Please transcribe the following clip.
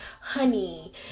honey